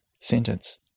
sentence